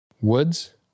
Woods